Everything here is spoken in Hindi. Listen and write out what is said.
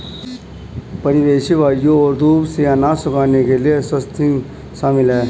परिवेशी वायु और धूप से अनाज सुखाने के लिए स्वाथिंग शामिल है